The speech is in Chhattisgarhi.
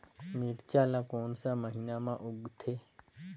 मिरचा ला कोन सा महीन मां उगथे?